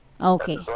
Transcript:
Okay